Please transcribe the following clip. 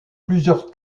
plusieurs